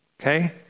Okay